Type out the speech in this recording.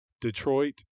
Detroit